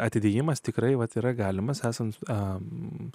atidėjimas tikrai vat yra galimas esant a